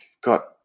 got